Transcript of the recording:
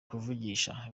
kuvugisha